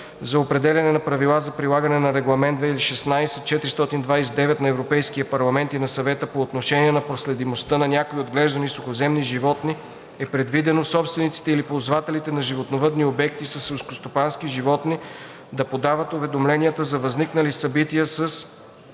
за определяне на правила за прилагането на Регламент 2016/429 на Европейския парламент и на Съвета по отношение на проследимостта на някои отглеждани сухоземни животни е предвидено собствениците или ползвателите на животновъдни обекти със селскостопански животни да подават уведомленията за възникнали събития с